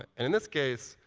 and in this case,